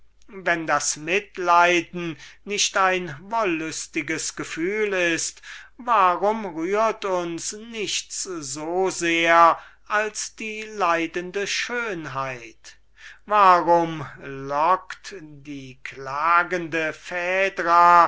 wenn das mitleiden nicht ein wollüstiges gefühl ist warum rührt uns nichts so sehr als die leidende schönheit warum lockt die klagende